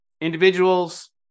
individuals